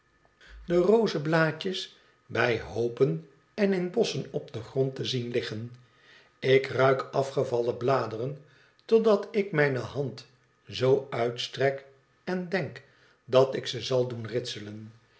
de rozeblaadjes bij hoopen en in bossen op den grond te zien liggen ik ruik afjevallen bladeren totdat ik mijne hand zoo uitstrek en denk dat ik ze zal doen ritselen